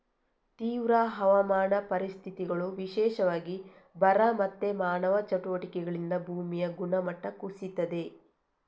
ತೀವ್ರ ಹವಾಮಾನ ಪರಿಸ್ಥಿತಿಗಳು, ವಿಶೇಷವಾಗಿ ಬರ ಮತ್ತೆ ಮಾನವ ಚಟುವಟಿಕೆಗಳಿಂದ ಭೂಮಿಯ ಗುಣಮಟ್ಟ ಕುಸೀತದೆ